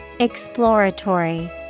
Exploratory